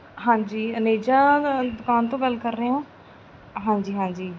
ਹਾਂਜੀ ਅਨੇਜਾ ਦੁਕਾਨ ਤੋਂ ਗੱਲ ਕਰ ਰਹੇ ਹੋ ਹਾਂਜੀ ਹਾਂਜੀ